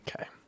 Okay